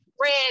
red